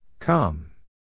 Come